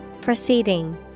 Proceeding